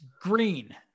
green